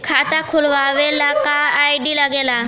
खाता खोलवावे ला का का आई.डी लागेला?